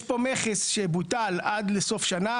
יש פה מכס שבוטל עד לסוף שנה,